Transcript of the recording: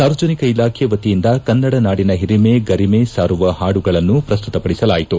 ಸಾರ್ವಜನಿಕ ಇಲಾಖೆ ವತಿಯಿಂದ ಕನ್ನಡ ನಾಡಿನ ಹಿರಿಮೆ ಗರಿಮೆ ಸಾರುವ ಹಾಡುಗಳನ್ನು ಪ್ರಸ್ತುತ ಪಡಿಸಲಾಯಿತು